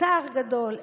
צער גדול,